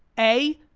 a,